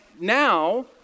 now